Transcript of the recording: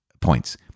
points